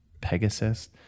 Pegasus